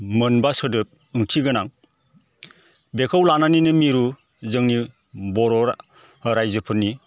मोनबा सोदोब ओंथि गोनां बेखौ लानानैनो मिरु जोंनि बर' रायजोफोरनि